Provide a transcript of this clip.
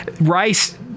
Rice